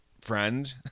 friend